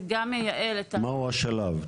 מה הוא השלב?